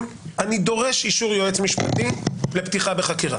אני דורש אישור יועץ משפטי לפתיחה בחקירה,